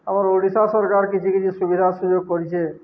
ଆମର ଓଡ଼ିଶା ସରକାର କିଛି କିଛି ସୁବିଧା ସୁଯୋଗ କରିଛେ